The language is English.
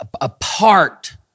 apart